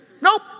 Nope